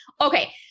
Okay